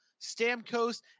Stamkos